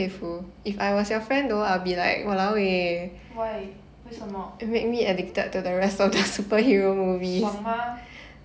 why 为什么爽吗